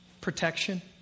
protection